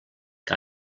que